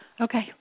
Okay